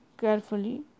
carefully